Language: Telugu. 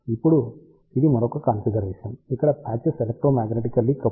ఇప్పుడు ఇది మరొక కాన్ఫిగరేషన్ ఇక్కడ పాచెస్ ఎలక్ట్రోమాగ్నెటికల్లీ కప్లుడ్